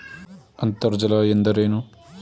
ಅಂತರ್ಜಲ ಎಂದರೇನು?